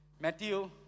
Matthew